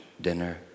dinner